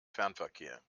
fernverkehr